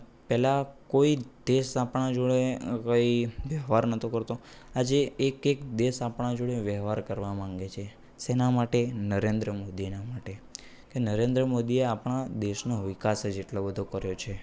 પહેલાં કોઈ દેશ આપણા જોડે કઈ વ્યવહાર નહોતો કરતો આજે એક એક દેશ આપણા જોડે વ્યવહાર કરવા માગે છે સેના માટે નરેન્દ્ર મોદીના માટે કે નરેન્દ્ર મોદીએ આપણા દેશમાં વિકાસ જ એટલો બધો કર્યો છે